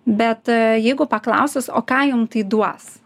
bet jeigu paklaustas o ką jum tai duos